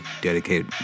dedicated